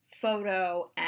photo